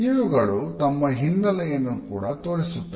ಇವುಗಳು ನಮ್ಮ ಹಿನ್ನಲೆಯನ್ನು ಕೂಡ ತೋರಿಸುತ್ತದೆ